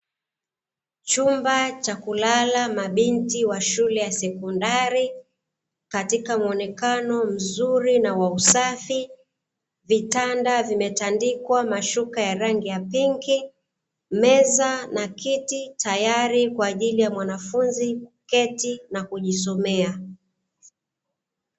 Chumba cha kulala mabinti wa shule ya sekondari, katika muonekano mzuri na wa usafi. Vitanda vimetandikwa mashuka ya rangi ya pinki, meza na kiti tayari kwa ajili ya mwanafunzi kuketi na kujisomea.